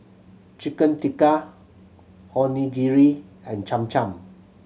Chicken Tikka Onigiri and Cham Cham